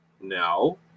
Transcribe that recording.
No